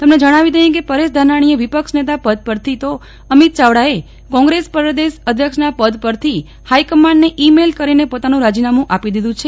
તમને જણાવી દઇએ કે પરેશ ધાનાણીએ વિપક્ષ નેતા પદ પરથી તો અમિત ચાવડાએ કોંગ્રેસ પ્રદેશ અધ્યક્ષના પદ પરથી હાઇકમાન્ડને ઇ મેલ કરીને પોતાનું રાજીનામું આપી દીધુ છે